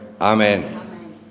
Amen